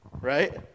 Right